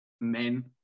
men